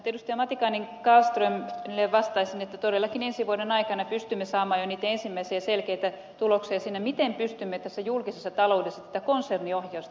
matikainen kallströmille vastaisin että todellakin ensi vuoden aikana pystymme saamaan jo niitä ensimmäisiä selkeitä tuloksia sinne miten pystymme tässä julkisessa taloudessa tätä konserniohjausta parantamaan